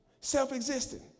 self-existent